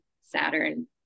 Saturn